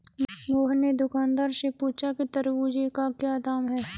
मोहन ने दुकानदार से पूछा कि तरबूज़ का क्या दाम है?